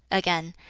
again,